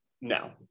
No